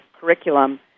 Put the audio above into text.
curriculum